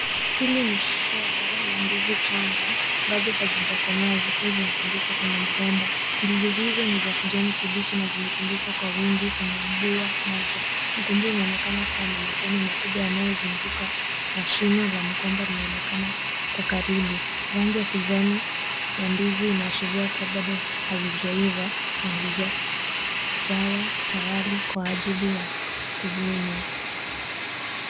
Hili ni shamba la ndizi changa bado hazijakomaa zikiwa zimetundikwa kwenye mkomba. Ndizi hizo ni za kijani kibichi na zimetundikwa kwa wingi kwenye bua moja. Ukumbi unaonekana kuwa na majani makubwa yanayozunguka na shina la mkomba linaonekana kwa karibu. Rangi ya kijani ya ndizi ina asheria kwamba bado hazijaiva na hazijawa tayari kwa ajili ya kuvunwa.